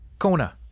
Kona